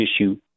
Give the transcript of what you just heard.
issue